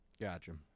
Gotcha